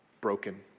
broken